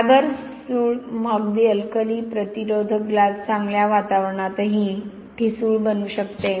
फायबरसूळ अगदी अल्कली प्रतिरोधक ग्लास चांगल्या वातावरणातही ठिसूळ बनू शकते